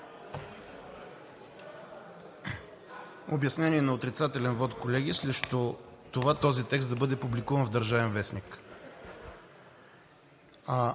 Обяснение на отрицателен вот, колеги, срещу това, този текст да бъде публикуван в „Държавен вестник“.